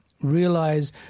realize